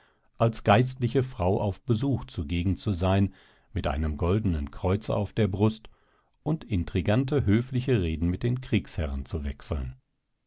als geistliche frau auf besuch zugegen zu sein mit einem goldenen kreuze auf der brust und intrigante höfliche reden mit den kriegsherren zu wechseln